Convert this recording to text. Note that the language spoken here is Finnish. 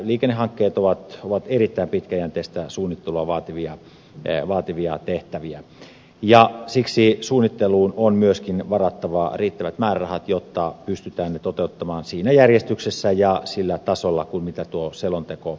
liikennehankkeet ovat erittäin pitkäjänteistä suunnittelua vaativia tehtäviä ja siksi suunnitteluun on myöskin varattava riittävät määrärahat jotta pystytään ne toteuttamaan siinä järjestyksessä ja sillä tasolla kuin tuo selonteko edellyttää